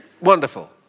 Wonderful